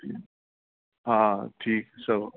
ठीकु हा ठीकु सभु